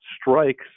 strikes